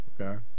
Okay